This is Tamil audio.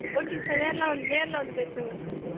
ஓகே சார் நேரில் நேரில் வந்து பேசுங்கள் சார்